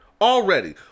already